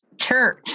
church